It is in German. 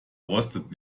rostet